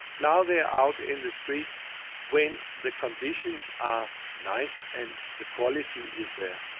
now they're out in the streets when the conditions are nice and the quality is there,